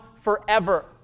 forever